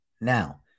Now